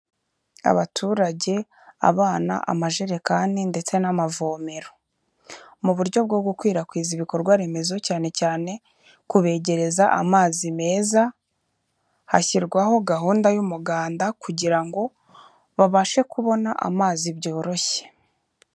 Abaturage, abana, amajerekani, ndetse n'amavomero, mu buryo bwo gukwirakwiza ibikorwa remezo cyane cyane kubegereza amazi meza, hashyirwaho gahunda y'umuganda, kugira ngo babashe kubona amazi byoroshye.